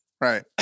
Right